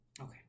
Okay